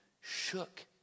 shook